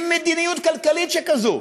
עם מדיניות כלכלית שכזו,